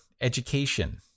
education